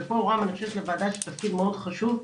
ופה רם אני חושבת שלוועדה יש תפקיד מאוד חשוב,